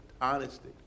honesty